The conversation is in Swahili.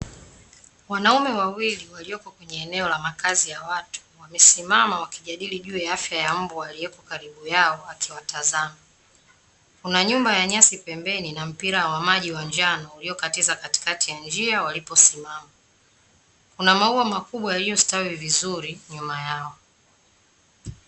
Wanaume wawili waliopo kwenye eneo la makazi ya watu wamesimama wakijadili juu ya afya ya mbwa alioko karibu yao akiwatazama. Kuna nyumba ya nyasi pembeni na mpira wa maji wa njano uliokatiza katikati ya njia waliposimama. Kuna maua makubwa yaliyostawi vizuri nyuma yao.